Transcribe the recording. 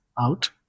out